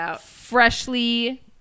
freshly